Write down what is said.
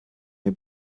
mir